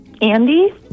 Andy